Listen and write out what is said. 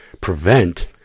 prevent